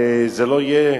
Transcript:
וזה לא יהיה